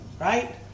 Right